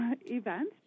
event